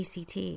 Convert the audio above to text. ACT